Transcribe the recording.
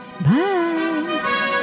Bye